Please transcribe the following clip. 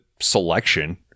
selection